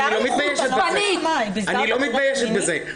אני לא מתביישת בזה.